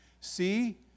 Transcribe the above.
See